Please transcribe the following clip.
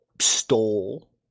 stole